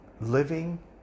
living